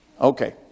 Okay